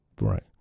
Right